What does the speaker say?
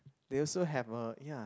they also have a ya